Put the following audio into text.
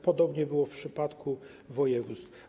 Podobnie było w przypadku województw.